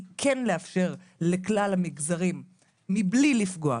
היא כן לאפשר לכלל המגזרים מבלי לפגוע,